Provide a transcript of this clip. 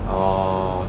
orh